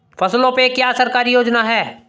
फसलों पे क्या सरकारी योजना है?